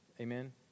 Amen